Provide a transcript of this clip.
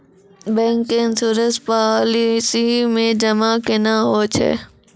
Bank के insurance policy मे जमा केना होय छै?